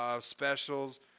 specials